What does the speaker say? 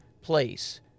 place